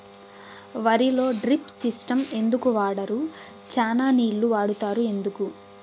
వరిలో drip system ఎందుకు వాడరు? చానా నీళ్లు వాడుతారు ఎందుకు?